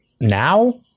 now